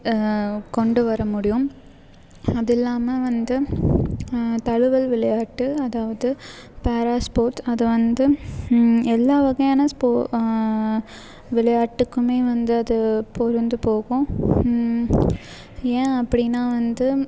கொண்டு வர முடியும் அது இல்லாமல் வந்து தழுவல் விளையாட்டு அதாவது பேராஸ் ஸ்போர்ட் அது வந்து எல்லா வகையான விளையாட்டுக்கும் வந்து அது பொருந்தி போகும் ஏன் அப்படின்னா வந்து